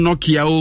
Nokia